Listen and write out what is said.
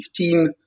2015